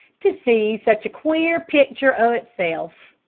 to see such a queer pictur' o' itself.